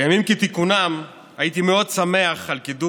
בימים כתיקונם הייתי מאוד שמח על קידום